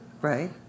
Right